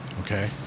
Okay